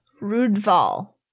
Rudval